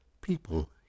People